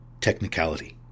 Technicality